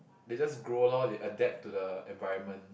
they just grow lor they adapt to the environment